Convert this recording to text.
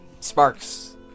sparks